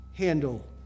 Handle